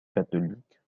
catholiques